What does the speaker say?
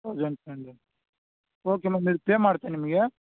thousand two hundred okay ma'am ಇದು pay ಮಾಡ್ತಿನಿ ನಿಮಗೆ